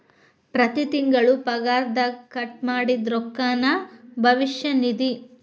ಪ್ರತಿ ತಿಂಗಳು ಪಗಾರದಗ ಕಟ್ ಮಾಡಿದ್ದ ರೊಕ್ಕಾನ ಭವಿಷ್ಯ ನಿಧಿ